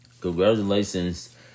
congratulations